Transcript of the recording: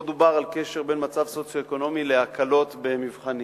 פה דובר על קשר בין מצב סוציו-אקונומי להקלות במבחנים,